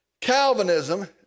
Calvinism